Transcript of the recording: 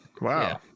Wow